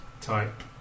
type